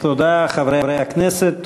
תודה לחברי הכנסת,